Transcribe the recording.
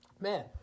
Man